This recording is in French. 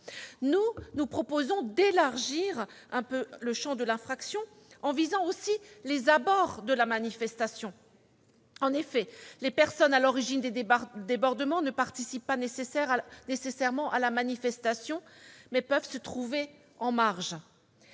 Nous proposons d'élargir un peu le champ de l'infraction en visant aussi les abords de la manifestation. En effet, les personnes à l'origine des débordements ne participent pas nécessairement à la manifestation, mais peuvent se trouver en marge